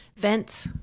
vent